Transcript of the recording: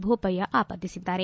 Bopaiah ಆಪಾದಿಸಿದ್ದಾರೆ